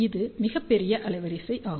இது மிகப் பெரிய அலைவரிசை ஆகும்